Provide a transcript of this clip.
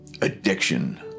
addiction